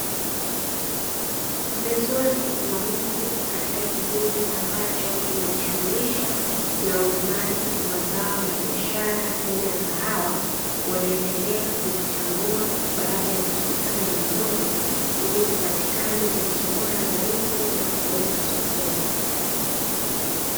Pembezoni mwa mji katika kijiji ambacho kinajishughulisha na ulimaji wa zao la biashara aina ya kahawa, wanaendelea kuzichambua baada ya kuzikusanya eneo moja ili zipatikane zilizo bora zaidi na kupeleka sokoni.